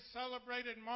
celebrated